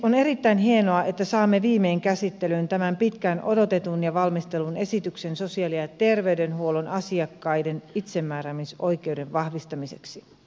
on erittäin hienoa että saamme viimein käsittelyyn tämän pitkään odotetun ja valmistellun esityksen sosiaali ja terveydenhuollon asiakkaiden itsemääräämisoikeuden vahvistamiseksi